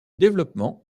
développement